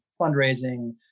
fundraising